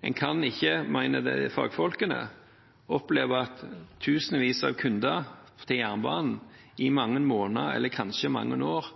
Fagfolkene mener at en ikke kan oppleve at tusenvis av jernbanens kunder i mange måneder eller kanskje mange år